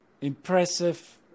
impressive